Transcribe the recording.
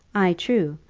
ay, true.